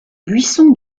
buisson